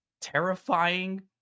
terrifying